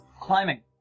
Climbing